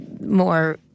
more